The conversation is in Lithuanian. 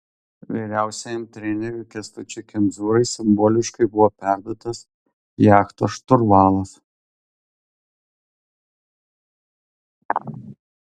vyriausiajam treneriui kęstučiui kemzūrai simboliškai buvo perduotas jachtos šturvalas